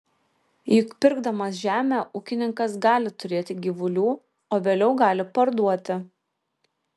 juk pirkdamas žemę ūkininkas gali turėti gyvulių o vėliau gali parduoti